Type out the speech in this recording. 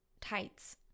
Tights